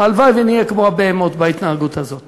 הלוואי שנהיה כמו הבהמות בהתנהגות הזאת.